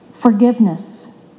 Forgiveness